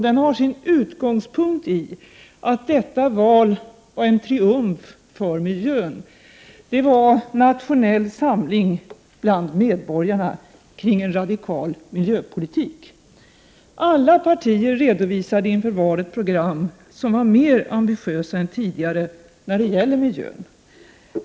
Den har sin utgångspunkt i att detta val var en triumf för miljön. Det innebar en nationell samling bland medborgarna kring en radikal miljöpolitik. Alla partier redovisade inför valet program som var mer ambitiösa än tidigare när det gäller miljön.